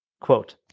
quote